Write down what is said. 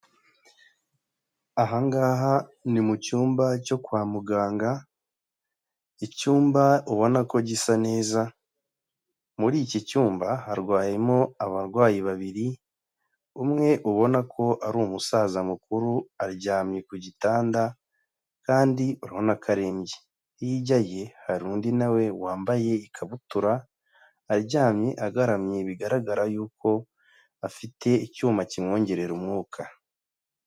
Aha ngaha ni mu cyumba cyo kwa muganga, icyumba ubona ko gisa neza, muri iki cyumba harwayemo abarwayi babiri, umwe ubona ko ari umusaza mukuru aryamye ku gitanda kandi urabona ko arembye, hirya ye hari undi nawe wambaye ikabutura aryamye agaramye bigaragara yuko afite icyuma kimwongerera umwuka.